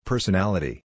Personality